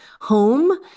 home